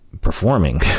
performing